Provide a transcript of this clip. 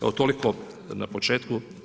Evo toliko na početku.